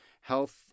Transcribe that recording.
Health